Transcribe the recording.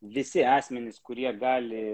visi asmenys kurie gali